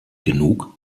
genug